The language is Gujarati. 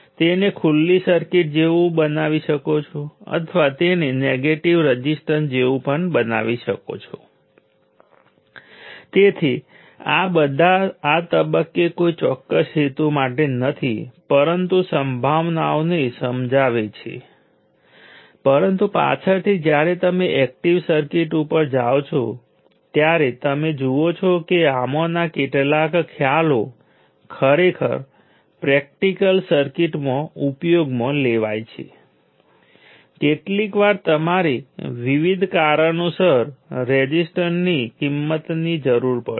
તમે કોઈપણ ટર્મિનલ પસંદ કરી શકો છો જેમ કે રેફરન્સ ટર્મિનલ તે ટર્મિનલના રેફરન્સમાં તમામ વોલ્ટેજને વ્યાખ્યાયિત કરે છે પાવરની ગણતરી કરે છે તમે જે ટર્મિનલ પસંદ કરો છો તે રેફરન્સને ધ્યાનમાં લીધા વગર તમને બરાબર એ જ નંબર મળશે